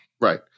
Right